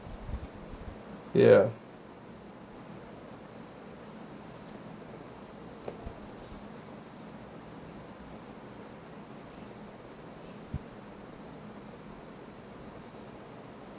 ya